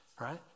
right